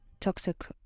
toxic